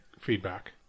feedback